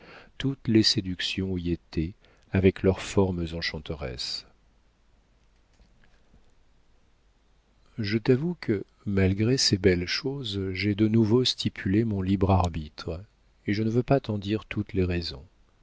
toutes les séductions y étaient avec leurs formes enchanteresses je t'avoue que malgré ces belles choses j'ai de nouveau stipulé mon libre arbitre et je ne veux pas t'en dire toutes les raisons